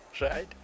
right